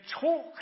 talk